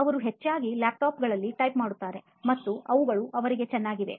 ಅವರು ಹೆಚ್ಚಾಗಿ laptop ಗಳಲ್ಲಿ type ಮಾಡುತ್ತಾರೆ ಮತ್ತು ಅವುಗಳು ಅವರಿಗೆ ಚನ್ನಾಗಿವೆ